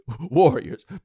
Warriors